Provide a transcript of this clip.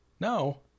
no